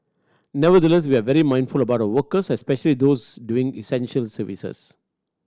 nevertheless we are very mindful about our workers especially those doing essential services